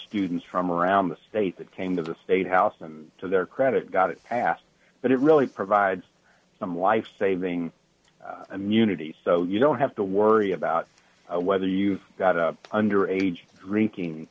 students from around the state that came to the state house and to their credit got it passed but it really provides some lifesaving immunity so you don't have to worry about whether you've got a under age drinking